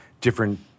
different